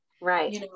Right